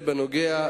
אפשר להעיר משהו?